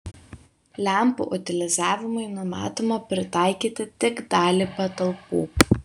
lempų utilizavimui numatoma pritaikyti tik dalį patalpų